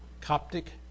Coptic